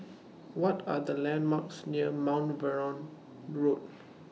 What Are The landmarks near Mount Vernon Road